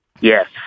Yes